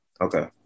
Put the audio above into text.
Okay